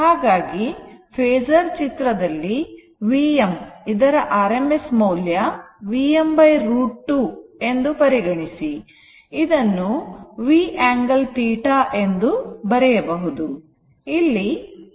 ಹಾಗಾಗಿ ಫೇಸರ್ ಚಿತ್ರದಲ್ಲಿ Vm ಇದರ rms ಮೌಲ್ಯ Vm √ 2 ಪರಿಗಣಿಸಿ ಇದನ್ನು V angle θ ಎಂಬುದಾಗಿ ಬರೆಯಬಹುದು